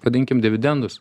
vadinkim dividendus